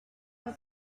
peux